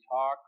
talk